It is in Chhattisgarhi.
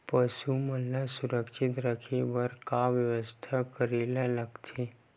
पशु मन ल सुरक्षित रखे बर का बेवस्था करेला लगथे?